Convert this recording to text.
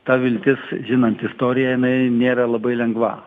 ta viltis žinant istoriją jinai nėra labai lengva